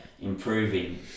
improving